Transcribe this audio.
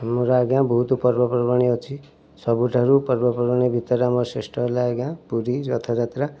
ଆମର ଆଜ୍ଞା ବହୁତ ପର୍ବପର୍ବାଣୀ ଅଛି ସବୁଠାରୁ ପର୍ବପର୍ବାଣୀ ଭିତରେ ଆମର ଶ୍ରେଷ୍ଠ ହେଲା ଆଜ୍ଞା ପୁରୀ ରଥ ଯାତ୍ରା